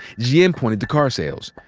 gm pointed to car sales.